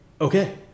okay